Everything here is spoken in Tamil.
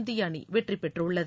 இந்திய அணி வெற்றி பெற்றுள்ளது